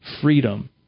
freedom